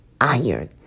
iron